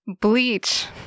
bleach